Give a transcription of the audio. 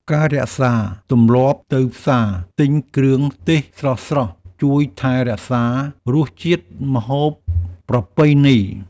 ការរក្សាទម្លាប់ទៅផ្សារទិញគ្រឿងទេសស្រស់ៗជួយថែរក្សារសជាតិម្ហូបប្រពៃណី។